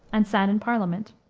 and sat in parliament.